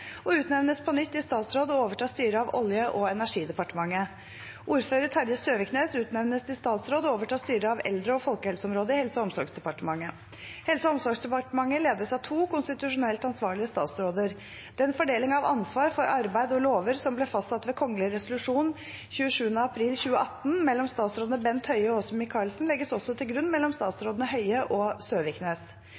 og utnevnes på nytt til statsråd og overtar styret av Olje- og energidepartementet. Ordfører Terje Søviknes utnevnes til statsråd og overtar styret av eldre- og folkehelseområdet i Helse- og omsorgsdepartementet. Helse- og omsorgsdepartementet ledes av to konstitusjonelt ansvarlige statsråder. Den fordeling av ansvar for arbeid og lover som ble fastsatt ved kongelig resolusjon 27. april 2018, mellom statsrådene Bent Høie og Åse Michaelsen, legges også til grunn mellom